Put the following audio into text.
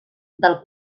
del